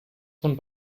von